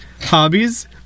hobbies